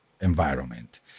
environment